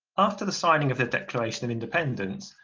after the signing of the declaration of independence,